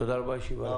תודה רבה.